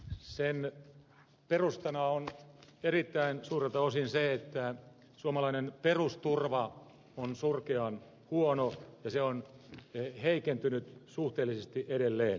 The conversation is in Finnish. sen perustana on erittäin suurelta osin se että suomalainen perusturva on surkean huono ja se on heikentynyt suhteellisesti edelleen